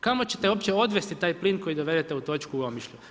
Kamo ćete uopće odvesti taj plin koji dovedete u točku u Omišlju?